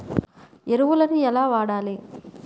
ఎరువులను ఎలా వాడాలి?